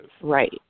Right